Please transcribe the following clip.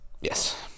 Yes